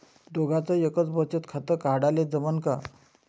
दोघाच एकच बचत खातं काढाले जमनं का?